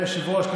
אדוני היושב-ראש,